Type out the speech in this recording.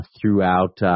throughout